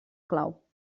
clau